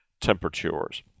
temperatures